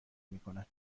میکند